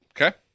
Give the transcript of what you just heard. Okay